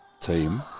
team